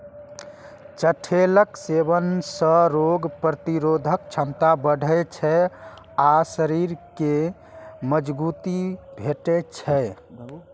चठैलक सेवन सं रोग प्रतिरोधक क्षमता बढ़ै छै आ शरीर कें मजगूती भेटै छै